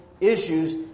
issues